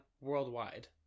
worldwide